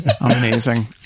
Amazing